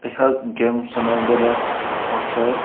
ꯑꯩꯍꯥꯛ ꯒꯦꯝ ꯁꯥꯟꯅꯕꯗ ꯋꯥꯈꯜ